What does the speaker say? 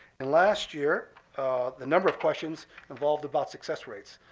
and last year the number of questions involved about success rates,